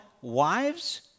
wives